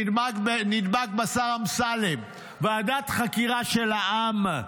נדבק בשר אמסלם, ועדת חקירה של העם.